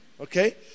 Okay